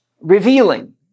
revealing